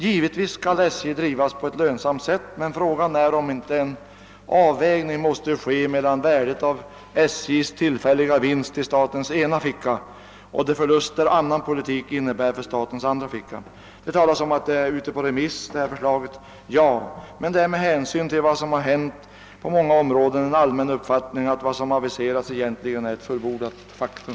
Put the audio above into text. Givetvis skall SJ drivas lönsamt, men frågan är om inte en avvägning måste göras mellan värdet av SJ:s tillfälliga vinst i statens ena ficka och de förluster samma politik innebär för statens andra ficka. I svaret säger statsrådet att SJ:s förslag är ute på remiss. Med hänsyn till vad som har hänt på många områden är dock den allmänna uppfattningen den, att vad som har aviserats egentligen redan är ett fullbordat faktum.